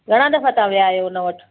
घणा दफ़ा तव्हां वियो आयो हुन वटि